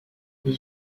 les